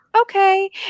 okay